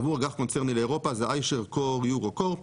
עבור אג"ח קונצרני לאירופה זה iShares core euro corp.